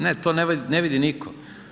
Ne, to ne vidi nitko.